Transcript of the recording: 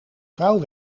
vrouw